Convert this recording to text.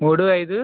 మూడు ఐదు